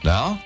Now